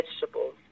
vegetables